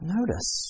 Notice